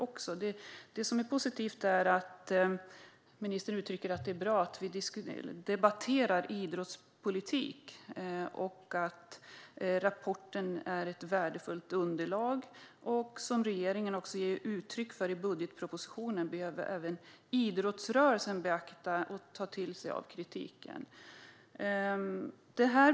Det är positivt att ministern uttrycker att det är bra att vi debatterar idrottspolitik, att ministern anser att rapporten är ett värdefullt underlag och att regeringen i budgetpropositionen ger uttryck för att även idrottsrörelsen behöver beakta och ta till sig av kritiken.